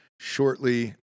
shortly